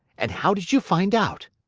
and how did you find out?